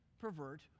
pervert